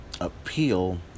appeal